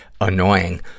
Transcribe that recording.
annoying